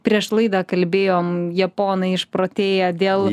prieš laidą kalbėjom japonai išprotėję dėl